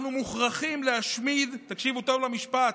אנחנו מוכרחים להשמיד, תקשיבו טוב למשפט,